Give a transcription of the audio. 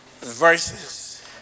verses